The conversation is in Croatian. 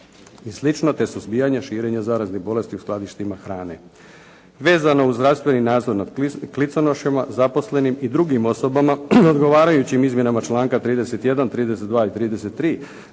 i sl., te suzbija širenja zaraznih bolesti u skladištima hrane. Vezano uz zdravstveni nadzor nad kliconošama, zaposlenim i drugim osobama, odgovarajućim izmjenama članka 31., 32., i 33.